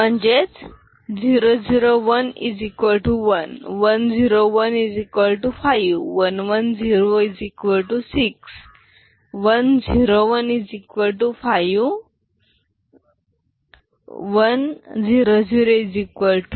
म्हणजे 0011 1015 1106 1015 1004